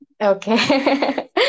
Okay